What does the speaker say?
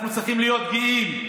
אנחנו צריכים להיות גאים,